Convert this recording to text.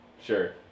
Sure